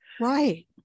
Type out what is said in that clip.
Right